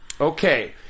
Okay